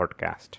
podcast